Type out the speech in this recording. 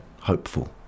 hopeful